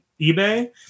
eBay